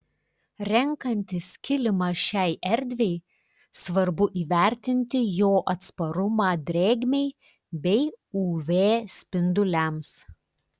renkantis kilimą šiai erdvei svarbu įvertinti jo atsparumą drėgmei bei uv spinduliams